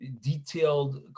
detailed